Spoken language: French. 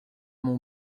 mon